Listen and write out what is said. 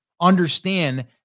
understand